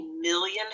million